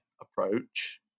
approach